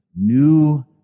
new